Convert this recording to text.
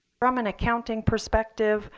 from an accounting perspective,